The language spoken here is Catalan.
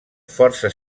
força